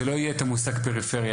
שלא יהיה את המושג הזה פריפריה.